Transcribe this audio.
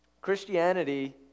Christianity